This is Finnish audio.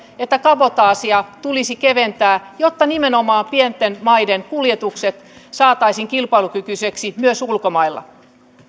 että kabotaasia tulisi keventää jotta nimenomaan pienten maiden kuljetukset saataisiin kilpailukykyisiksi myös ulkomailla